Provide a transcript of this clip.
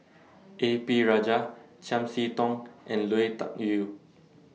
A P Rajah Chiam See Tong and Lui Tuck Yew